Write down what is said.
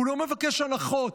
הוא לא מבקש הנחות.